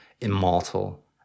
immortal